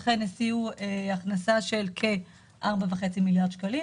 אכן השיאה הכנסה של כ-4.5 מיליארד שקלים.